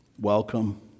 welcome